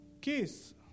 kiss